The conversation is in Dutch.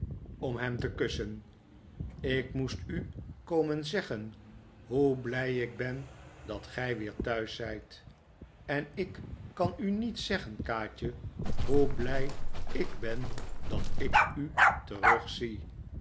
om hem te kussen ik moest u komen zeggen hoe blij ik ben dat gij weer thuis zijt en ik kan u niet zeggen kaatje hoe blij ik ben dat ik u terugzie